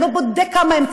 אני לא בודק כמה הם צברו,